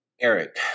Eric